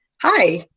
hi